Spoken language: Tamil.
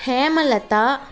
ஹேமலதா